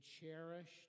cherished